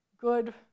good